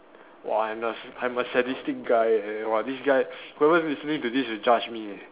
!wah! I'm a I'm a sadistic guy leh !wah! this guy whoever is listening to this will judge me leh